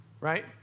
right